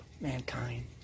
mankind